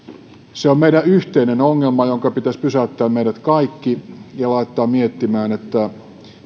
se on meidän yhteinen ongelmamme jonka pitäisi pysäyttää meidät kaikki ja laittaa miettimään